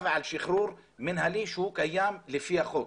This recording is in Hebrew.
ועל שחרור מנהלי שהוא קיים לפי החוק.